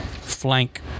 flank